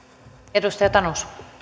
arvoisa rouva puhemies